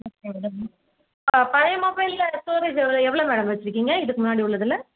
okay madam பழைய மொபைலில் storage எவ்வளோ எவ்வளோ மேடம் வச்சுருக்கீங்க இதுக்கு முன்னாடி உள்ளதில்